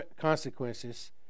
consequences